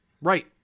right